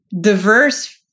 diverse